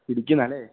ഇടുക്കീന്നാ ല്ലേ